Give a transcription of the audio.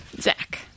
Zach